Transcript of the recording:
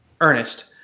Ernest